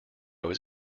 was